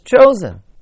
chosen